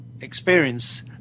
experience